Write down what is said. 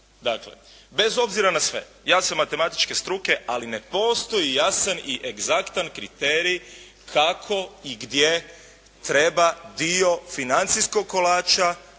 Dakle bez obzira na sve, ja sam matematičke struke, ali ne postoji jasan i egzaktan kriterij kako i gdje treba dio financijskog kolača